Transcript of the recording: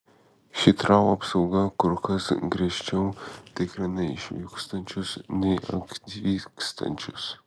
hitrou apsauga kur kas griežčiau tikrina išvykstančius nei atvykstančius